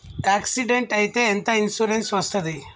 Accident అయితే ఎంత insurance వస్తది?